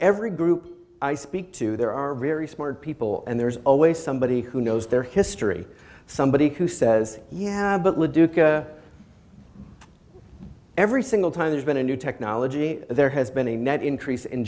every group i speak to there are very smart people and there's always somebody who knows their history somebody who says yeah but le duca every single time there's been a new technology there has been a net increase in